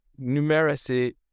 numeracy